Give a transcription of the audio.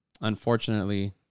unfortunately